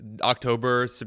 October